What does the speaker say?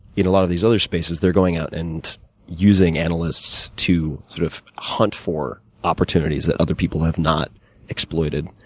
in a lot of these other spaces, they're going out and using analysts to sort of hunt for opportunities that other people have not exploited.